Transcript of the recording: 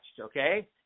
okay